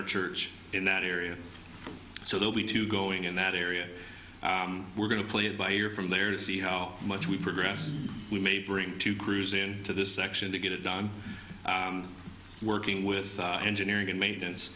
center church in that area so they'll be two going in that area we're going to play it by ear from there to see how much we progress we may bring two crews in to this section to get it done working with the engineering and maintenance